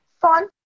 Fun